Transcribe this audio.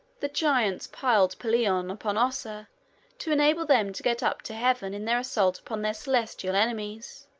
the giants piled pelion upon ossa to enable them to get up to heaven in their assault upon their celestial enemies.